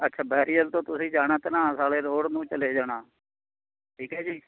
ਅੱਛਾ ਬੈਰੀਅਲ ਤੋਂ ਤੁਸੀਂ ਜਾਣਾ ਧਨਾਸ ਵਾਲੇ ਰੋਡ ਨੂੰ ਚਲੇ ਜਾਣਾ ਠੀਕ ਹੈ ਜੀ